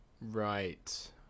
Right